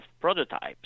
prototypes